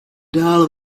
dál